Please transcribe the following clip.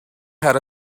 had